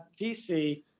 DC